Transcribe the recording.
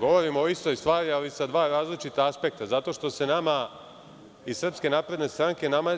Govorim o istoj stvari, ali sa dva različita aspekta, zato što se nama, iz SNS